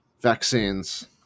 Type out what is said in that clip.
Vaccines